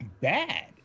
bad